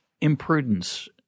imprudence